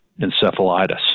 encephalitis